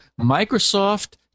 Microsoft